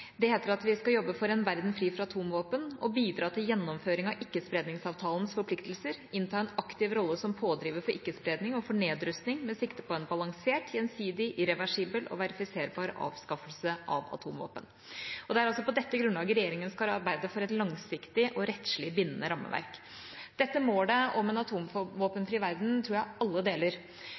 Det heter at vi skal jobbe for «en verden fri for atomvåpen og bidra til gjennomføring av Ikkespredningsavtalens forpliktelser, innta en aktiv rolle som pådriver for ikke-spredning og for nedrustning med sikte på en balansert, gjensidig, irreversibel og verifiserbar avskaffelse av atomvåpen». Det er altså på dette grunnlaget regjeringa skal arbeide for et langsiktig og rettslig bindende rammeverk. Dette målet om en atomvåpenfri verden tror jeg alle deler.